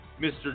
Mr